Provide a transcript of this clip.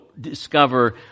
discover